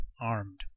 armed